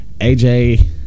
AJ